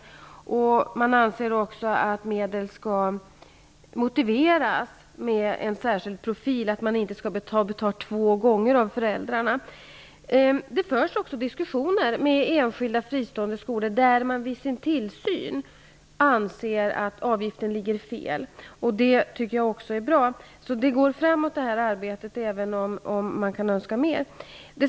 Avgifterna skall ha en viss profil och kunna motiveras, t.ex. så att föräldrarna inte betalar två gånger. Det förs också diskussioner med enskilda fristående skolor där verket vid tillsynen har funnit att avgifterna ligger fel. Det tycker jag också är bra. Arbetet går framåt, även om jag kan önska mig mer.